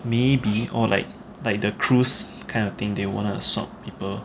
maybe or like like the cruise kind of thing they wanted to swab people